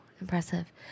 Impressive